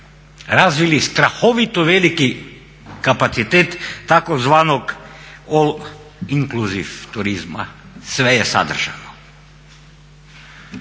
razvili strahovito veliki kapacitet tzv. all inclusive turizma, sve je sadržano.